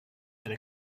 and